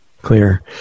clear